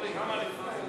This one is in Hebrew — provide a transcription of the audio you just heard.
סעיפים 19 20 נתקבלו.